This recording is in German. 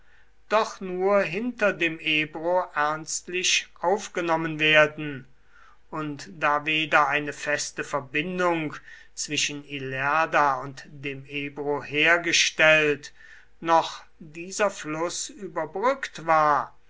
doch nur hinter dem ebro ernstlich aufgenommen werden und da weder eine feste verbindung zwischen ilerda und dem ebro hergestellt noch dieser fluß überbrückt war